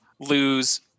lose